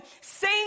sing